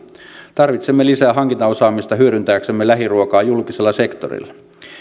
tarvitsemme lisää hankintaosaamista hyödyntääksemme lähiruokaa julkisella sektorilla